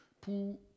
pour